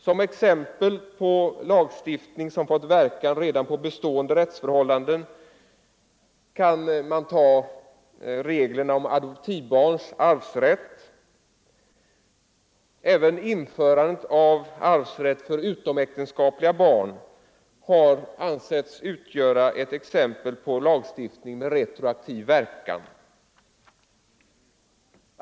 Som exempel på lagstiftning som fått verka redan på bestående rättsförhållanden kan man ta reglerna om adoptivbarns arvsrätt. Även införandet av arvsrätt för utomäktenskapliga barn har ansetts utgöra ett exempel på lagstiftning med retroaktiv verkan.